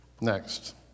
Next